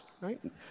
right